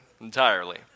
entirely